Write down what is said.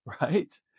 right